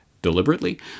deliberately